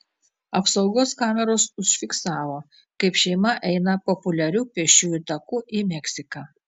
apsaugos kameros užfiksavo kaip šeima eina populiariu pėsčiųjų taku į meksiką